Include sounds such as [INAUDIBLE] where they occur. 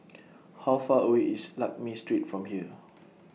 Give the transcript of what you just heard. [NOISE] How Far away IS Lakme Street from here [NOISE]